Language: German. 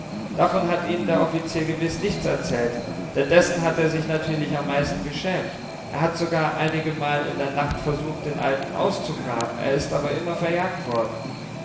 davon hat ihnen der offizier gewiß nichts erzählt denn dessen hat er sich natürlich am meisten geschämt er hat sogar einigemal in der nacht versucht den alten auszugraben er ist aber immer verjagt worden